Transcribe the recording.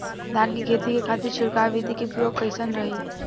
धान के खेती के खातीर छिड़काव विधी के प्रयोग कइसन रही?